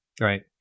Right